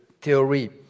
theory